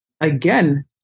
again